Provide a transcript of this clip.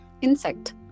Insect